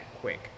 quick